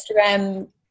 instagram